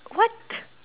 what